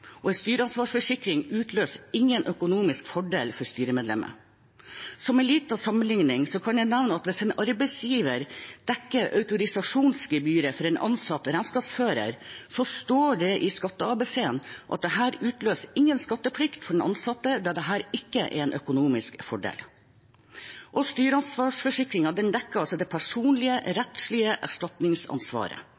og en styreansvarsforsikring utløser ingen økonomisk fordel for styremedlemmet. Som en liten sammenligning kan jeg nevne at hvis en arbeidsgiver dekker autorisasjonsgebyret for en ansatt regnskapsfører, står det i Skatte-ABC-en at dette utløser ingen skatteplikt for den ansatte, da dette ikke er en økonomisk fordel. Styreansvarsforsikringen dekker det personlige,